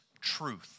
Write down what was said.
truth